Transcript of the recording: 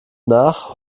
nach